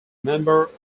member